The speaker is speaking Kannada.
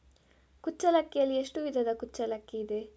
ಕುಚ್ಚಲಕ್ಕಿಯಲ್ಲಿ ಎಷ್ಟು ವಿಧದ ಕುಚ್ಚಲಕ್ಕಿ ಇದೆ?